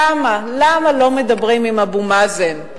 למה, למה לא מדברים עם אבו מאזן?